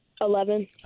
Eleven